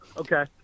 Okay